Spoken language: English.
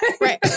Right